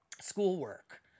schoolwork